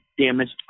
damaged